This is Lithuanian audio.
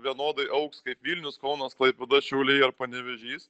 vienodai augs kaip vilnius kaunas klaipėda šiauliai ar panevėžys